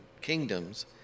kingdoms